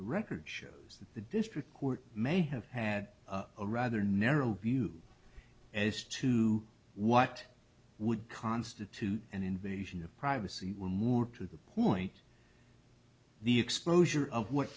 the record shows that the district court may have had a rather narrow view as to what would constitute an invasion of privacy when more to the point the exposure of what